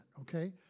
okay